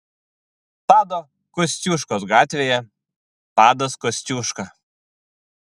tado kosciuškos gatvėje tadas kosciuška